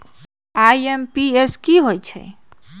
IMPS की होईछइ?